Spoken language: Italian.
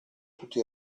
tutti